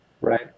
Right